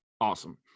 awesome